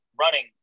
running